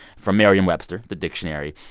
from merriam-webster, the dictionary.